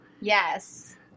Yes